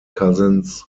cousins